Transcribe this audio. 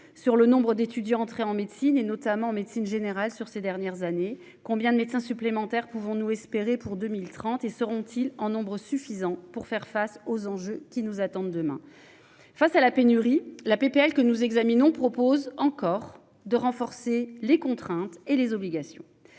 sur le nombre d'étudiants entrés en médecine et notamment en médecine générale sur ces dernières années, combien de médecins supplémentaires. Pouvons-nous espérer pour 2030 et seront-ils en nombre suffisant pour faire face aux enjeux qui nous attendent demain. Face à la pénurie. La PPL que nous examinons propose encore de renforcer les contraintes et les obligations